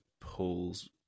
pulls